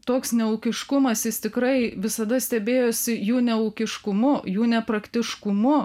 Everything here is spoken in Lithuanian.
toks neūkiškumas jis tikrai visada stebėjosi jų neūkiškumu jų nepraktiškumu